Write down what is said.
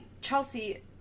Chelsea